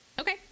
okay